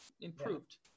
improved